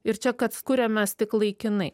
ir čia kad kuriamės tik laikinai